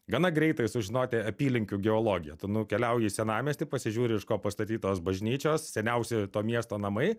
gana greitai sužinoti apylinkių geologiją tu nukeliauji į senamiestį pasižiūri iš ko pastatytos bažnyčios seniausi to miesto namai